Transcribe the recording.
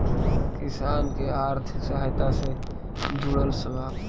किसान के आर्थिक सहायता से जुड़ल सवाल?